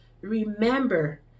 Remember